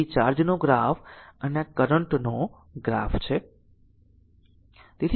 તેથી ચાર્જનો ગ્રાફ અને આ કરંટ નો ગ્રાફ છે